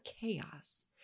chaos